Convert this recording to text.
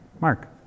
Mark